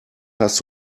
hast